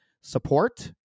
support